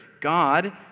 God